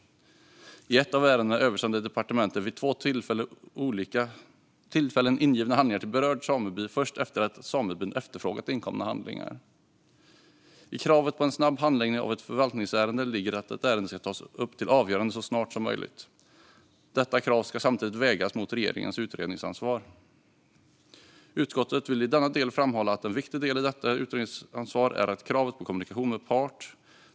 I ett av ärendena översände departementet vid två olika tillfällen ingivna handlingar till berörd sameby först efter det att samebyn efterfrågat inkomna handlingar. I kravet på en snabb handläggning av ett förvaltningsärende ligger att ett ärende ska tas upp till avgörande så snart som möjligt. Detta krav ska samtidigt vägas mot regeringens utredningsansvar. Utskottet vill i denna del framhålla att en viktig del i detta utredningsansvar är kravet på kommunikation med part.